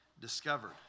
discovered